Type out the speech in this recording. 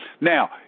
Now